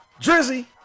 Drizzy